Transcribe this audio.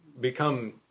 become